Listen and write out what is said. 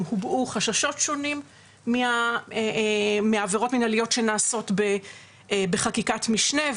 גם הובעו חששות שונים מהעבירות המנהליות שנעשות בחקיקת משנה,